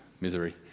misery